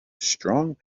strong